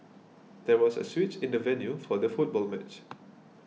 there was a switch in the venue for the football match